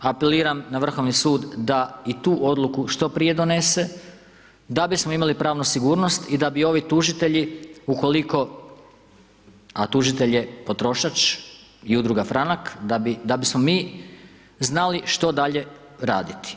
Apeliram na Vrhovni sud da i tu odluku što prije donese da bismo imali pravnu sigurnost i da bi ovi tužitelji, ukoliko, a tužitelj je potrošač i Udruga Franak, da bismo mi znali što dalje raditi.